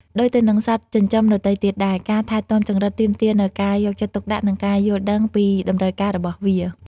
ដូចទៅនឹងសត្វចិញ្ចឹមដទៃទៀតដែរ ការថែទាំចង្រិតទាមទារនូវការយកចិត្តទុកដាក់ និងការយល់ដឹងពីតម្រូវការរបស់វា។